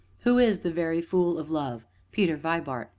who is the very fool of love? peter vibart!